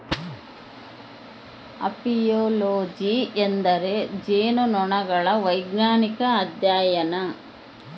apiology ಎಂದರೆ ಜೇನುನೊಣಗಳ ವೈಜ್ಞಾನಿಕ ಅಧ್ಯಯನ